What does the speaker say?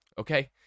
okay